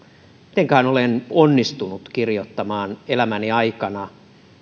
mitenköhän olen onnistunut kirjoittamaan elämäni aikana